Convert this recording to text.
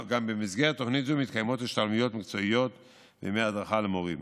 גם במסגרת תוכנית זו מתקיימות השתלמויות מקצועיות וימי הדרכה למורים.